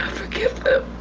forgive them.